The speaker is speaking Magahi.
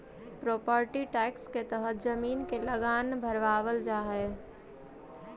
प्रोपर्टी टैक्स के तहत जमीन के लगान भरवावल जा हई